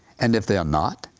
and if they're not,